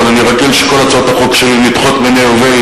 אבל אני רגיל שכל הצעות החוק שלי נדחות מיניה וביה,